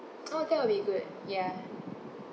oh that will be good ya